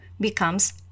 becomes